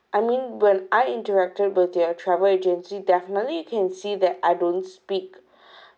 I mean when I interacted with your travel agency definitely you can see that I don't speak um